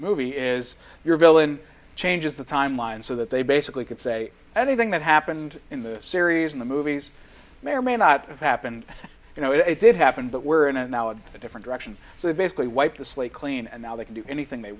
movie is your villain changes the timeline so that they basically can say anything that happened in the series in the movies may or may not have happened you know it did happen but we're now in a different direction so they basically wiped the slate clean and now they can do anything they